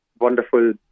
wonderful